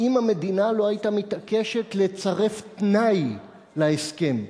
אם המדינה לא היתה מתעקשת לצרף תנאי להסכם,